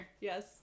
Yes